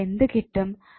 അപ്പോൾ എന്ത് കിട്ടും